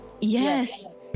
yes